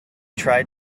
tried